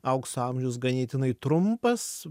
aukso amžius ganėtinai trumpas